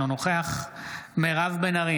אינו נוכח מירב בן ארי,